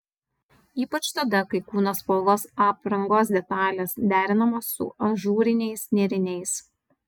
ypač tada kai kūno spalvos aprangos detalės derinamos su ažūriniais nėriniais